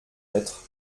être